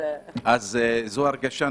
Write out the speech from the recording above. זו ההרגשה.